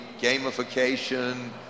gamification